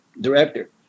director